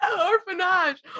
Orphanage